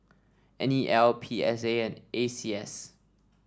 N E L P S A and A C S